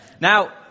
Now